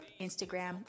Instagram